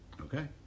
Okay